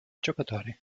giocatori